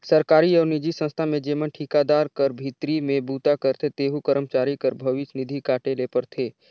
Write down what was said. सरकारी अउ निजी संस्था में जेमन ठिकादार कर भीतरी में बूता करथे तेहू करमचारी कर भविस निधि काटे ले परथे